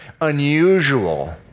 unusual